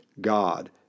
God